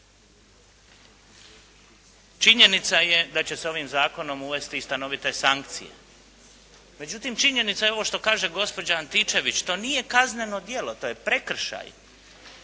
Činjenica jest da će se ovim Zakonom uvesti i stanovite sankcije, međutim, činjenica je ovo što kaže gospođa Antičević, to nije kazneno djelo, to je prekršaj